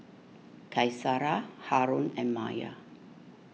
Qaisara Haron and Maya